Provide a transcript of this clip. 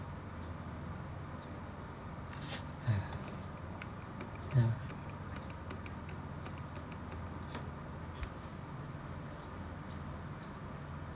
ya